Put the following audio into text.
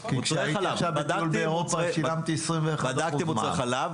כי כשהייתי עכשיו בטיול באירופה שילמתי 21% מע"מ.